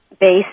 based